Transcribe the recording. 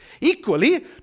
equally